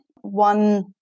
one